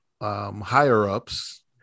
higher-ups